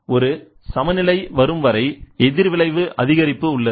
ஒரு சமநிலை வரும்வரை எதிர்விளைவு அதிகரிப்பு உள்ளது